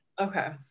Okay